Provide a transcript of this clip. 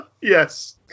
Yes